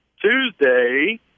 tuesday